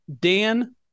Dan